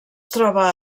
troba